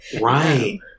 Right